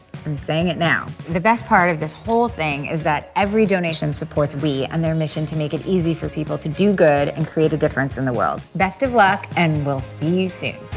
i'm saying it now. the best part of this whole thing is that every donation supports we and their mission to make it easy for people to do good and create a difference in the world. best of luck, and we'll see you soon.